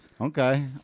Okay